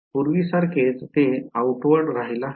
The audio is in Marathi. पूर्वीसारखेच ते out ward रहायला हवे